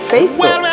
Facebook